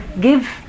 give